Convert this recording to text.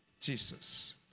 Jesus